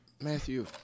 Matthew